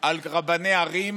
על רבני ערים